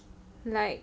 like